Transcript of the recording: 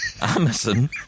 Amazon